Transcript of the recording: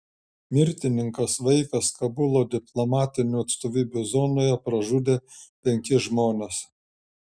mirtininkas vaikas kabulo diplomatinių atstovybių zonoje pražudė penkis žmones